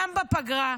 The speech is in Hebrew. גם בפגרה,